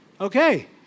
okay